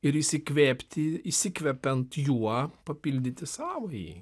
ir isikvėpti isikvepiant juo papildyti savąjį